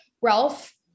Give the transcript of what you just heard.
Ralph